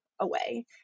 away